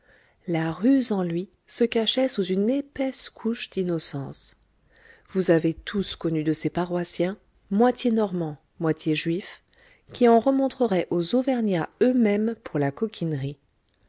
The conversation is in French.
la ruse en lui se cachait sous une épaisse couche d'innocence vous avez tous connu de ces paroissiens moitié normands moitié juifs qui en remontreraient aux auvergnats eux-mêmes pour la coquinerie